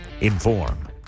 Inform